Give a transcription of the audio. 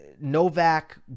Novak